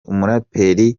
umuraperi